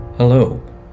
Hello